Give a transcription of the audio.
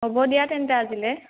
হ'ব দিয়া তেন্তে আজিলে